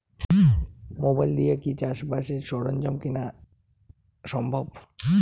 Mobile দিয়া কি চাষবাসের সরঞ্জাম কিনা সম্ভব?